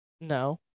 No